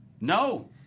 No